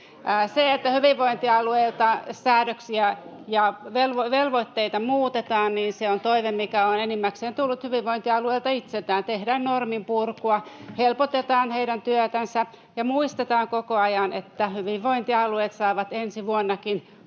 Se, että hyvinvointialueita koskevia säädöksiä ja velvoitteita muutetaan, on toive, mikä on enimmäkseen tullut hyvinvointialueilta itseltään — tehdään norminpurkua ja helpotetaan heidän työtänsä. Ja muistetaan koko ajan, että hyvinvointialueet saavat ensi vuonnakin